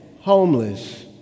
homeless